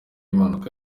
mpanuka